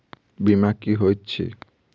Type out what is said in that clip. बीमा की होइत छी?